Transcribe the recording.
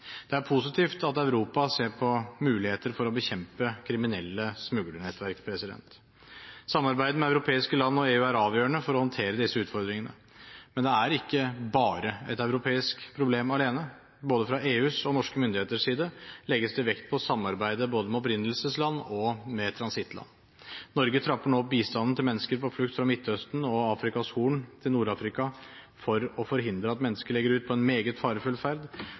Det er positivt at Europa ser på muligheter for å bekjempe kriminelle smuglernettverk. Samarbeidet med europeiske land og EU er avgjørende for å håndtere disse utfordringene, men det er ikke et europeisk problem alene. Fra både EUs og norske myndigheters side legges det vekt på samarbeidet både med opprinnelsesland og med transittland. Norge trapper nå opp bistanden til mennesker på flukt fra Midtøsten og Afrikas Horn til Nord-Afrika for å forhindre at mennesker legger ut på en meget